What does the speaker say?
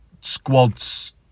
squad's